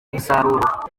umusaruro